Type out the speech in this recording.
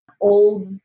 old